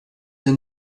der